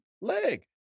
leg